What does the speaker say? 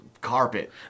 Carpet